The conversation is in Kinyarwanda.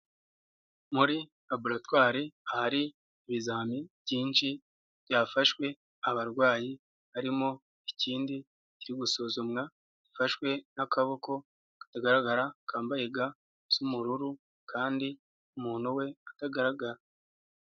Muri raboratwari hariri ibizami byinshi byafashwe abarwayi, harimo ikindi kiri gusuzumwa gifashwe n'akaboko katagaragara kambaye ga z'ubururu kandi umuntu we atagaragara.